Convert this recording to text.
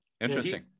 interesting